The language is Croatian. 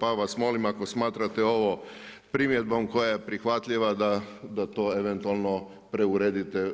Pa vas molim ako spmatrate ovo primjedbom koja je prihvatljiva da to eventualno preuredite